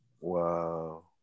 Wow